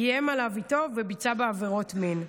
איים עליה איתו וביצע בה עבירות מין.